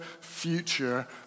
future